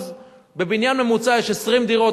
בבניין ממוצע יש 20 דירות,